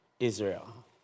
Israel